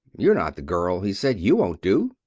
you're not the girl, he said. you won't do.